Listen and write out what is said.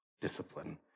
discipline